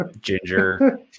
Ginger